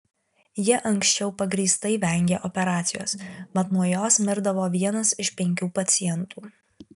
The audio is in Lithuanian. ji anksčiau pagrįstai vengė operacijos mat nuo jos mirdavo vienas iš penkių pacientų